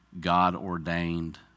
God-ordained